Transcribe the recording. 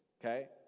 okay